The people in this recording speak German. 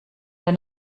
der